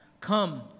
Come